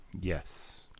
Yes